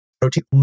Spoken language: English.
protein